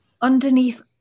underneath